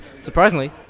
surprisingly